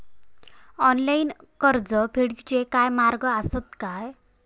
Online कर्ज फेडूचे काय मार्ग आसत काय?